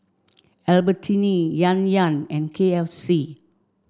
Albertini Yan Yan and K F C